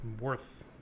worth